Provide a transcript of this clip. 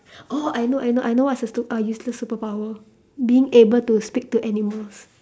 oh I know I know I know what's a stu~ uh useless superpower being able to speak to animals